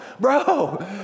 bro